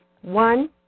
One